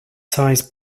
size